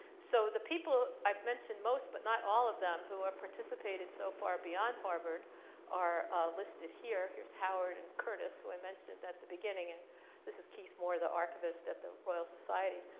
so the people, i've mentioned most but not all of them who are participated so far beyond harvard are listed here. here's howard and curtis, who i mentioned at the beginning. and this is keith moore, the archivist at the royal society.